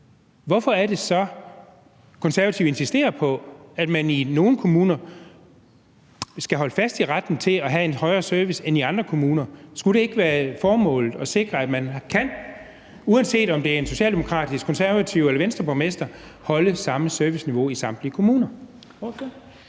hvorfor er det så, at Konservative insisterer på, at man i nogle kommuner skal holde fast i retten til at have et højere serviceniveau end i andre kommuner? Skulle det ikke være formålet at sikre, at man kan, uanset om det er en socialdemokratisk borgmester, en konservativ borgmester eller en Venstreborgmester, holde samme serviceniveau i samtlige kommuner?